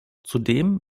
zudem